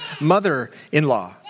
mother-in-law